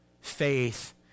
faith